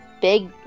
big